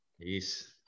peace